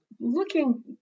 looking